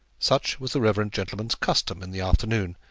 such was the reverend gentleman's custom in the afternoon,